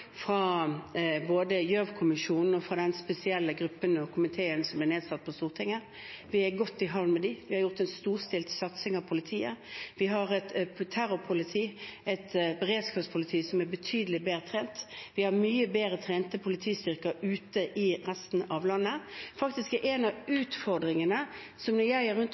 både Gjørv-kommisjonen og Den særskilte komité som ble nedsatt på Stortinget. Vi er godt i havn med det. Vi har hatt en storstilt satsing på politiet. Vi har et terrorpoliti, et beredskapspoliti, som er betydelig bedre trent. Vi har mye bedre trente politistyrker ute i resten av landet. Når jeg er ute og besøker politidistriktene, er en av utfordringene